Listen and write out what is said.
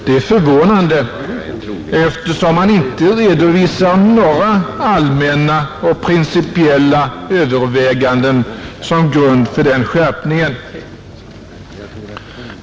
Det är förvånande, eftersom man inte redovisar några allmänna och principiella överväganden som grund för den skärpningen.